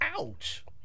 Ouch